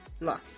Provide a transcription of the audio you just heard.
loss